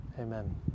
Amen